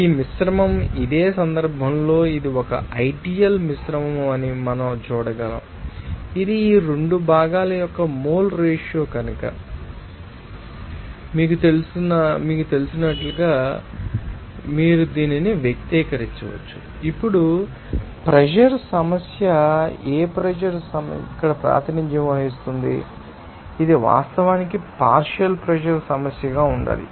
ఈ మిశ్రమం ఇదే సందర్భంలో ఇది ఒక ఐడియల్ మిశ్రమం అని మనం చూడగలం ఇది ఈ 2 భాగాల యొక్క మోల్ రేషియో కనుక కాబట్టి మీకు తెలిసినట్లుగా మీరు దీనిని వ్యక్తపరచవచ్చు ఇప్పుడు ప్రెషర్ సమస్య ఏ ప్రెషర్ సమస్య ఇక్కడ ప్రాతినిధ్యం వహిస్తుంది ఇది వాస్తవానికి పార్షియల్ ప్రెషర్ సమస్యగా ఉండాలి